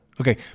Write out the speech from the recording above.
okay